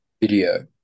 video